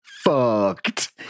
Fucked